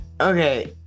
okay